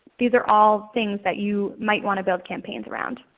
these are all things that you might want to build campaigns around.